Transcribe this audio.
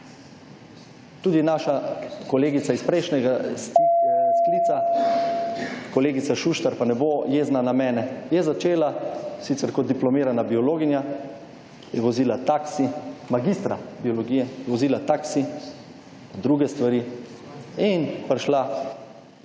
Tudi naša kolegica iz prejšnjega sklica / znak za konec razprave/, kolegica Šuštar, pa ne bo jezna na mene, je začela sicer kot diplomirana biologinja, je vozila taksi, magistra biologije je vozila taksi, druge stvari, in prišla …